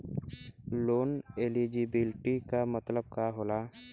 Loan eligibility का मतलब का होला?